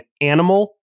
animal